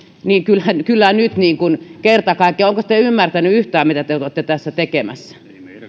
olenko nyt kerta kaikkiaan ymmärtänyt yhtään mitä te te olette tässä tekemässä